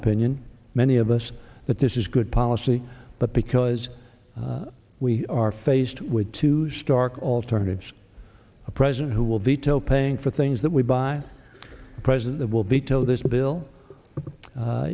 opinion many of us that this is good policy but because we are faced with two stark alternatives a president who will veto paying for things that we buy a president that will be told this bill